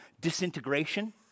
disintegration